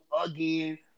again